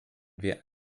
wir